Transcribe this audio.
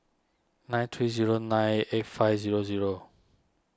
nine three zero nine eight five zero zero